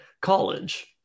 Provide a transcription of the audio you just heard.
college